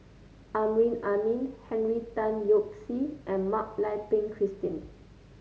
Amrin Amin Henry Tan Yoke See and Mak Lai Peng Christine